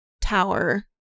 tower